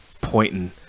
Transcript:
pointing